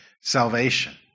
salvation